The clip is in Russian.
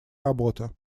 работа